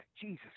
Jesus